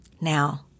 Now